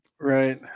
Right